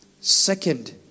Second